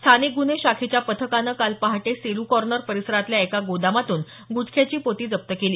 स्थानिक गुन्हे शाखेच्या पथकाने काल पहाटे सेलू कॉर्नर परिसरातल्या एका गोदामातून गुटख्याची पोती जप्त केली